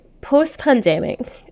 post-pandemic